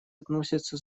относятся